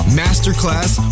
masterclass